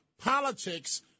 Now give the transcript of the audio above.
politics